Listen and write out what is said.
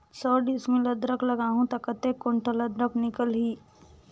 सौ डिसमिल अदरक लगाहूं ता कतेक कुंटल अदरक निकल ही?